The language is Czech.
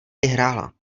vyhrála